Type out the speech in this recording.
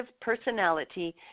personality